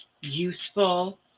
useful